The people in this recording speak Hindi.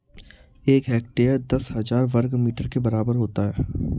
एक हेक्टेयर दस हज़ार वर्ग मीटर के बराबर होता है